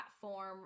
platform